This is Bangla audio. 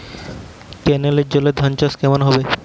কেনেলের জলে ধানচাষ কেমন হবে?